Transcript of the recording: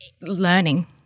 learning